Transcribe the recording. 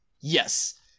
Yes